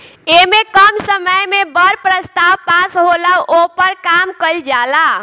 ऐमे कम समय मे बड़ प्रस्ताव पास होला, ओपर काम कइल जाला